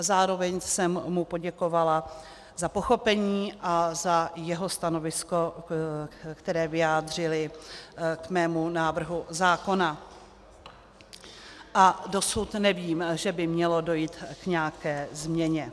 Zároveň jsem mu poděkovala za pochopení a za jeho stanovisko, které vyjádřili k mému návrhu zákona, a dosud nevím, že by mělo dojít k nějaké změně.